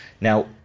Now